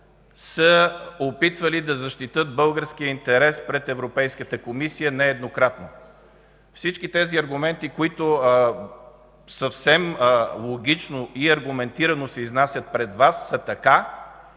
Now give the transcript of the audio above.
са опитвали да защитят българския интерес пред Европейската комисия нееднократно. Всички тези аргументи, които съвсем логично и аргументирано се изнасят пред Вас, са така.